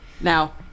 Now